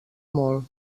molt